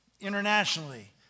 internationally